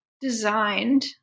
designed